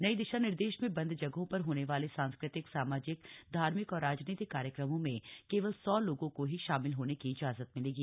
नये दिशा निर्देश में बंद जगहों पर होने वाले सांस्कृतिक सामाजिक धार्मिक और राजनीतिक कार्यक्रमों में केवल सौ लोगों को ही शामिल होने की इजाजत मिलेगी